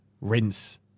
Rinse